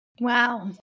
Wow